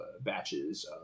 batches